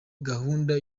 gahunda